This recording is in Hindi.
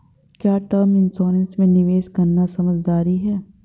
क्या टर्म इंश्योरेंस में निवेश करना समझदारी है?